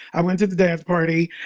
i went to the dance party.